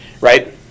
right